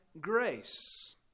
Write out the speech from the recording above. Grace